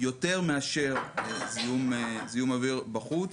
יותר מאשר זיהום אוויר חיצוני.